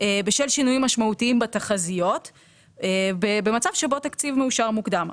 בשל שינויים משמעותיים בתחזיות במצב שבו תקציב מאושר מוקדם.